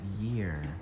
year